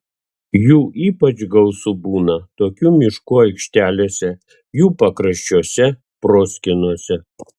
jų ypač gausu būna tokių miškų aikštelėse jų pakraščiuose proskynose